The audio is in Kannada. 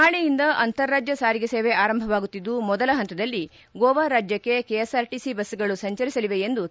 ನಾಳೆಯಿಂದ ಅಂತಾರಾಜ್ಯ ಸಾರಿಗೆ ಸೇವೆ ಆರಂಭವಾಗುತ್ತಿದ್ದು ಮೊದಲ ಹಂತದಲ್ಲಿ ಗೋವಾ ರಾಜ್ಯಕ್ಕೆ ಕೆಎಸ್ಆರ್ಟಿಸಿ ಬಸ್ಗಳು ಸಂಚರಿಸಲಿವೆ ಎಂದು ಕೆ